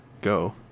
Go